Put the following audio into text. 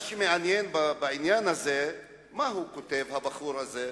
מה שמעניין בעניין הזה, מה הוא כותב, הבחור הזה?